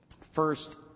First